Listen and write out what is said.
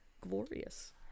glorious